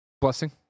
Blessing